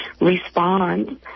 respond